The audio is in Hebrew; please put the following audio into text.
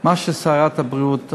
מה ששרת הבריאות אמרה: